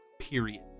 Period